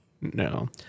No